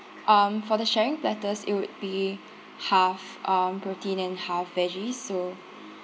um for the sharing platters it would be half um protein and half veggies so